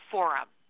Forum